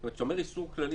אבל שיהיה לנו ברור.